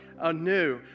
anew